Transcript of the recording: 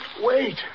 wait